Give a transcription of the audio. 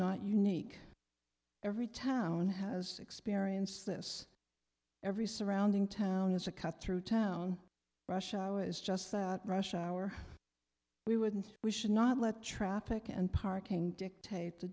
not unique every town has experienced this every surrounding town as a cut through town rush hour is just that rush hour we would and we should not let traffic and parking dictate the